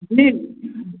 जी